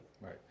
Right